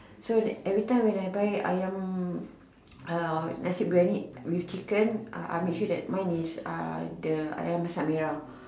so every time when I buy Ayam uh nasi-biryani with chicken I make sure it's the Ayam-Masak-Merah